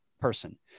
person